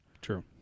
True